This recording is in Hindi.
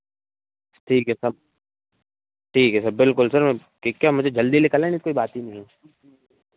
ठीक है सर ठीक है सर बिलकुल सर ठीक है मुझे जल्दी निकलना है नहीं कोई बात ही नहीं है